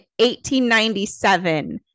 1897